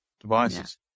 devices